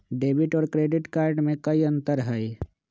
Debit और credit card में कई अंतर हई?